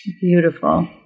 Beautiful